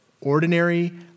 ordinary